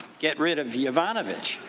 get rid of yovanovitch.